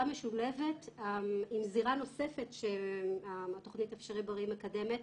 משולבת עם זירה נוספת שהתוכנית "אפשריבריא" מקדמת,